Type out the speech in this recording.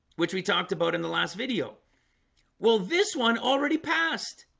which we talked about in the last video well, this one already passed